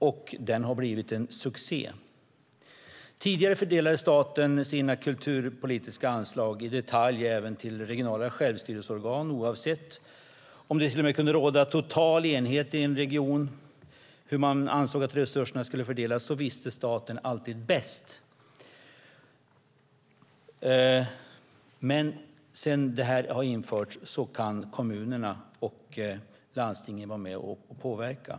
Och den har blivit en succé. Tidigare fördelade staten sina kulturpolitiska anslag i detalj även till regionala självstyrelseorgan. Oavsett om det till och med kunde råda total enighet i en region om hur man ansåg att resurserna skulle fördelas visste staten alltid bäst. Men sedan det här har införts kan kommunerna och landstingen vara med och påverka.